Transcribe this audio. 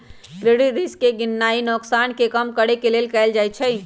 credit risk के गीणनाइ नोकसान के कम करेके लेल कएल जाइ छइ